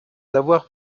d’avoir